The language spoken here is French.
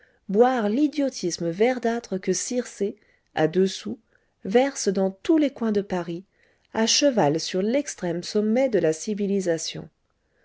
boire l'idiotisme verdâtre que circé à deux sous verse dans tous les coins de paris à cheval sur l'extrême sommet de la civilisation